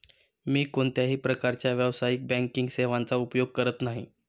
मी कोणत्याही प्रकारच्या व्यावसायिक बँकिंग सेवांचा उपयोग करत नाही